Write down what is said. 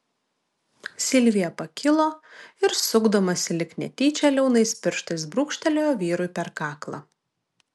silvija pakilo ir sukdamasi lyg netyčia liaunais pirštais brūkštelėjo vyrui per kaklą